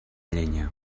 llenya